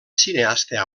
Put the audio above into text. cineasta